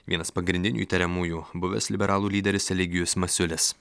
vienas pagrindinių įtariamųjų buvęs liberalų lyderis eligijus masiulis